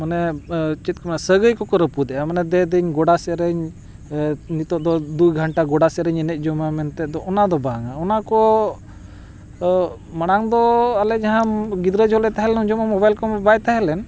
ᱢᱟᱱᱮ ᱪᱮᱫ ᱠᱚ ᱢᱮᱱᱟ ᱥᱟᱹᱜᱟᱹᱭ ᱠᱚᱠᱚ ᱨᱟᱹᱯᱩᱫᱮᱜᱼᱟ ᱢᱟᱱᱮ ᱫᱮ ᱫᱟᱹᱧ ᱜᱚᱰᱟ ᱥᱮᱫ ᱨᱮᱧ ᱱᱤᱛᱳᱜ ᱫᱚ ᱫᱩ ᱜᱷᱚᱱᱴᱟ ᱜᱚᱰᱟ ᱥᱮᱫ ᱨᱮᱧ ᱮᱱᱮᱡ ᱡᱚᱝᱟ ᱢᱮᱱᱛᱮᱫ ᱫᱚ ᱚᱱᱟ ᱫᱚ ᱵᱟᱝᱟ ᱚᱱᱟ ᱠᱚ ᱢᱟᱲᱟᱝ ᱫᱚ ᱟᱞᱮ ᱡᱟᱦᱟᱸ ᱜᱤᱫᱽᱨᱟᱹ ᱡᱚᱦᱚᱜ ᱞᱮ ᱛᱟᱦᱮᱸ ᱞᱮᱱᱟ ᱩᱱ ᱡᱚᱦᱚᱜ ᱢᱟ ᱢᱳᱵᱟᱭᱤᱞ ᱠᱚᱢᱟ ᱵᱟᱭ ᱛᱟᱦᱮᱸ ᱞᱮᱱ